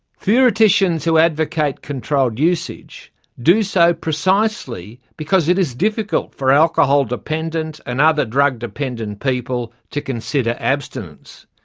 theoreticians who advocate controlled usage do so precisely because it is difficult for alcohol-dependent and other drug-dependant people to consider abstinence.